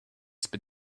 spit